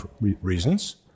reasons